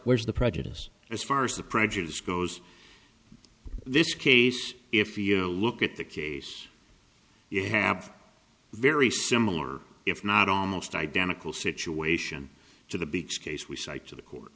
where's the prejudice as far as the prejudice goes this case if you look at the case you have very similar if not almost identical situation to the big case we cite to the court